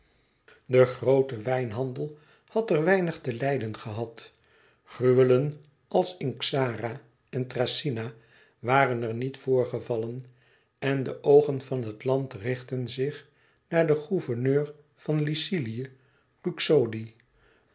de groote wijnhandel had er weinig te lijden gehad gruwelen als in xara en thracyna waren er niet voorgevallen en de oogen van het land richtten zich naar den gouverneur van lycilië ruxodi